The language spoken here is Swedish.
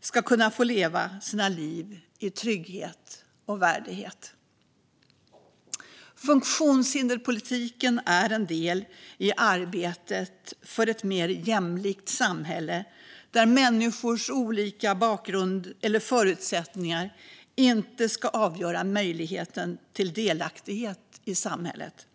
ska få leva sina liv i trygghet och värdighet. Funktionshinderspolitiken är en del i arbetet för ett mer jämlikt samhälle, där människors olika bakgrund eller förutsättningar inte ska avgöra möjligheten till delaktighet i samhället.